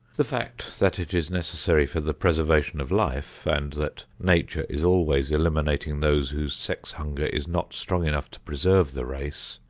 the fact that it is necessary for the preservation of life, and that nature is always eliminating those whose sex hunger is not strong enough to preserve the race,